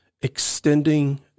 extending